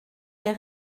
les